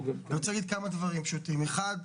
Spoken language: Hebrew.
אחת,